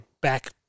back